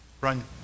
run